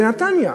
בנתניה,